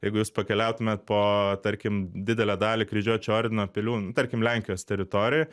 jeigu jūs pakeliautumėt po tarkim didelę dalį kryžiuočių ordino pilių tarkim lenkijos teritorijoj